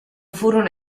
furono